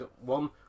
One